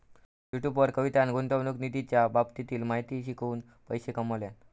YouTube वर कवितान गुंतवणूक निधीच्या बाबतीतली माहिती शिकवून पैशे कमावल्यान